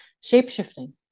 shape-shifting